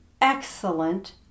excellent